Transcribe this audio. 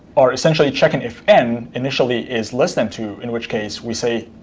are essentially checking if n, initially, is less than two. in which case we say,